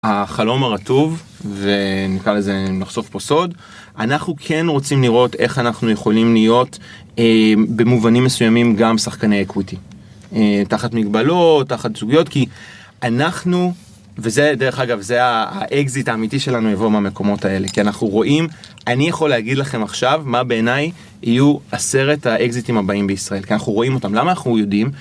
החלום הרטוב, ונקרא לזה נחשוף פה סוד, אנחנו כן רוצים לראות איך אנחנו יכולים להיות, במובנים מסוימים, גם שחקני אקוויטי. תחת מגבלות, תחת סוגיות, כי אנחנו, וזה דרך אגב, זה האקזיט האמיתי שלנו יבוא מהמקומות האלה, כי אנחנו רואים, אני יכול להגיד לכם עכשיו, מה בעיניי יהיו עשרת האקזיטים הבאים בישראל, כי אנחנו רואים אותם, למה אנחנו יודעים?